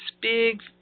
big